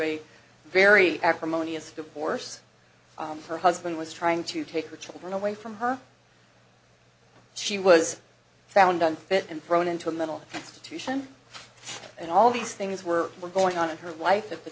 a very acrimonious divorce her husband was trying to take her children away from her she was found unfit and thrown into a mental institution and all these things were were going on in her life of the